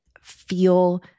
feel